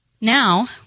Now